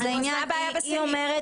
מה שהיא אומרת,